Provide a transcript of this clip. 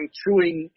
chewing